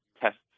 tests